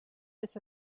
les